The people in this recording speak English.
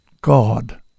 God